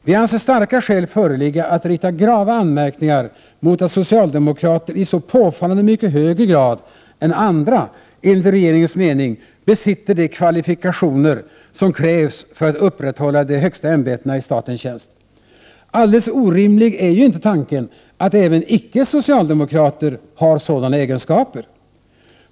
Vi anser starka skäl föreligga att rikta grava anmärkningar mot att socialdemokrater i så påfallande mycket högre grad än andra enligt regeringens mening besitter de kvalifikationer som krävs för att upprätthålla de högsta ämbetena i statens tjänst. Alldeles orimlig är ju inte tanken att även icke socialdemokrater har sådana egenskaper.